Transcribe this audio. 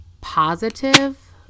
positive